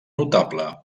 notable